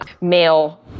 male